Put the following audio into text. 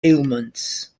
ailments